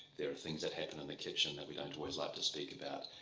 there are things that happen in the kitchen that we don't always like to speak about.